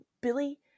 Billy